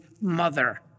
mother